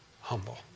humble